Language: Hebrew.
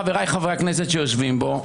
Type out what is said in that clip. חבריי חברי הכנסת שיושבים פה,